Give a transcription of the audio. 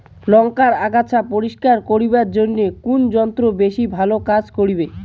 লংকার আগাছা পরিস্কার করিবার জইন্যে কুন যন্ত্র বেশি ভালো কাজ করিবে?